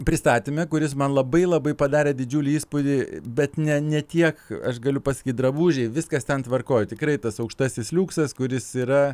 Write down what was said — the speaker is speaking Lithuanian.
pristatyme kuris man labai labai padarė didžiulį įspūdį bet ne ne tiek aš galiu pasakyt drabužiai viskas ten tvarkoj tikrai tas aukštasis liuksas kuris yra